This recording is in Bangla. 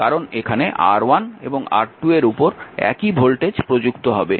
কারণ এখানে R1 এবং R2 এর উপর একই ভোল্টেজ প্রযুক্ত হবে